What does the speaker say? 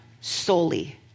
solely